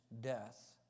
death